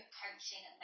coaching